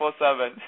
24-7